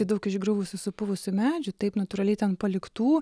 daug išgriuvusių supuvusių medžių taip natūraliai ten paliktų